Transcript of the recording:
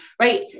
right